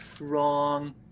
wrong